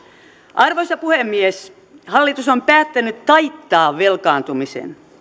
arvoisa puhemies hallitus on päättänyt taittaa velkaantumisen